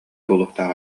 буолуохтаах